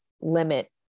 limit